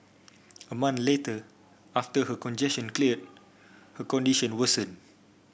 a month later after her congestion cleared her condition worsened